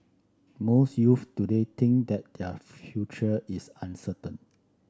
most youths today think that their future is uncertain